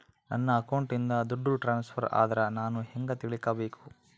ನನ್ನ ಅಕೌಂಟಿಂದ ದುಡ್ಡು ಟ್ರಾನ್ಸ್ಫರ್ ಆದ್ರ ನಾನು ಹೆಂಗ ತಿಳಕಬೇಕು?